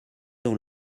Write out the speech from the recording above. dans